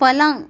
पलंग